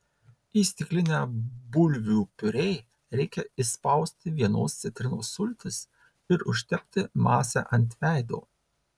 į stiklinę bulvių piurė reikia išspausti vienos citrinos sultis ir užtepti masę ant veido